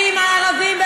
באמת,